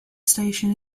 station